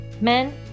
men